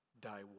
die